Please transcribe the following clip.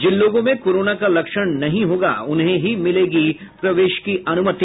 जिन लोगों में कोरोना का लक्षण नहीं होंगे उन्हें ही मिलेगी प्रवेश अनुमति